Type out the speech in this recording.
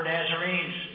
Nazarenes